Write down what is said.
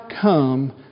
come